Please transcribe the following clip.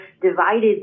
divided